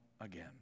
again